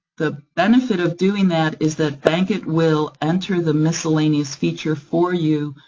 the benefit of doing that is that bankit will enter the miscellaneous feature for you,